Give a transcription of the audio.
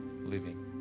living